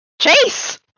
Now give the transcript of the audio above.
Chase